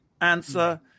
answer